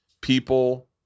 people